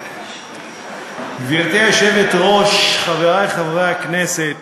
גברתי היושבת-ראש, חברי חברי הכנסת,